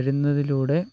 വരുന്നതിലൂടെ